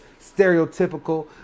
stereotypical